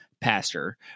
pastor